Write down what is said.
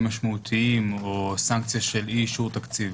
משמעותיים או סנקציה של אי-אישור תקציב.